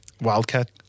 Wildcat